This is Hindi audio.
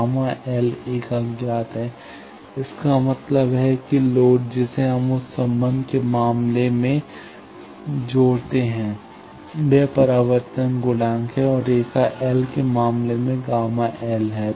Γ L एक अज्ञात है इसका मतलब है कि एक लोड जिसे हम उस संबंध के मामले में जोड़ते हैं वह परावर्तन गुणांक है और रेखा एल के मामले में Γ L है